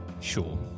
Sure